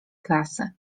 klasy